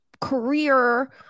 career